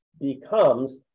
becomes